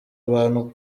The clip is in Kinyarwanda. abantu